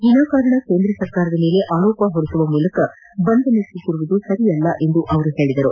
ವಿನಾಕಾರಣ ಕೇಂದ್ರ ಸರ್ಕಾರದ ಮೇಲೆ ಆರೋಪ ಹೊರಿಸುವ ಮೂಲಕ ಬಂದ್ ನಡೆಸುತ್ತಿರುವುದು ಸರಿಯಲ್ಲ ಎಂದರು